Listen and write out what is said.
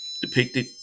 depicted